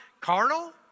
carnal